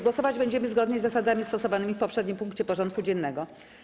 Głosować będziemy zgodnie z zasadami stosowanymi w poprzednim punkcie porządku dziennego.